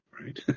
right